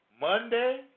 Monday